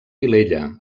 vilella